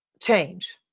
change